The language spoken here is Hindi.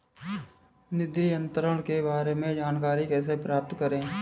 निधि अंतरण के बारे में जानकारी कैसे प्राप्त करें?